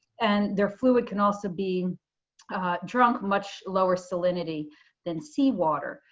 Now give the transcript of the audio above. and their fluid can also be a drunk much lower salinity than seawater.